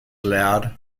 allowed